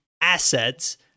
assets